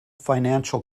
financial